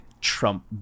Trump